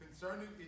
Concerning